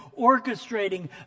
orchestrating